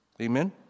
Amen